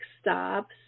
stops